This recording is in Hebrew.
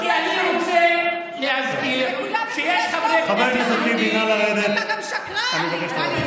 אתה, מקובל שאתה נותן חצי